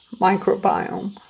microbiome